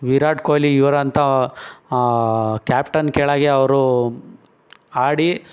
ವಿರಾಟ್ ಕೊಹ್ಲಿ ಇವರಂಥ ಕ್ಯಾಪ್ಟನ್ ಕೆಳಗೆ ಅವರು ಆಡಿ